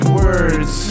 words